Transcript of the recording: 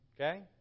Okay